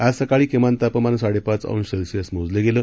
आज सकाळी किमान तापमान साडेपाच अंश सेल्सिअस मोजलं गेलं